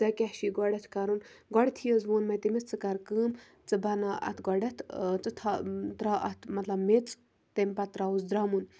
ژےٚ کیٛاہ چھی گۄڈٮ۪تھ کَرُن گۄڈٮ۪تھٕے حظ ووٚن مےٚ تٔمِس ژٕ کَر کٲم ژٕ بَناو اَتھ گۄڈٮ۪تھ ژٕ تھاو ترٛاو اَتھ مطلب میٚژ تمہِ پَتہٕ ترٛاوُس درٛمُن